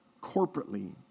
corporately